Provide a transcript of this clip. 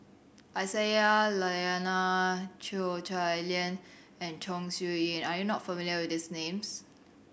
Aisyah Lyana Cheo Chai Liang and Chong Siew Ying are you not familiar with these names